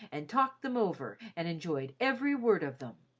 and talked them over and enjoyed every word of them.